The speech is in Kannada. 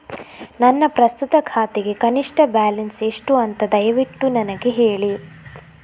ನನ್ನ ಪ್ರಸ್ತುತ ಖಾತೆಗೆ ಕನಿಷ್ಠ ಬ್ಯಾಲೆನ್ಸ್ ಎಷ್ಟು ಅಂತ ದಯವಿಟ್ಟು ನನಗೆ ಹೇಳಿ